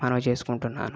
మనవి చేసుకుంటున్నాను